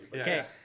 Okay